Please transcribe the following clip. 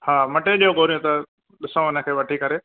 हा मटे ॾियो ॻोरियूं त ॾिसां हुनखे वठी करे